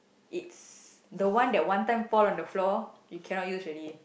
it's the one that one time pour on the floor you cannot use already